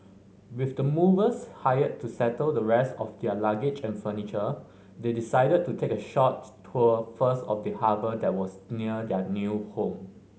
with the movers hired to settle the rest of their luggage and furniture they decided to take a short tour first of the harbour that was near their new home